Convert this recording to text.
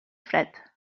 fred